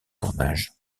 tournage